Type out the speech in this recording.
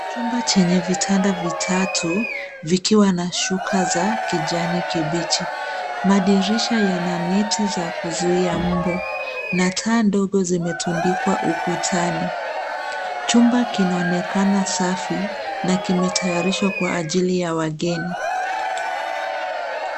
Chumba chenye vitanda vitatu, vikiwa na shuka za kijani kibichi. Madirisha yana neti za kuzuia mbu na taa dogo zimetundikwa ukutani. Chumba kinaonekana safi na kimetayarishwa kwa ajili ya wageni.